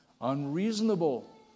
unreasonable